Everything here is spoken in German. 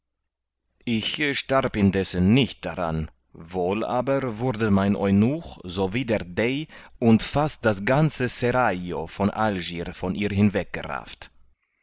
ich starb indessen nicht daran wohl aber wurde mein eunuch so wie der dey und fast das ganze seraglio von algier von ihr hingerafft